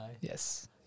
Yes